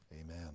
Amen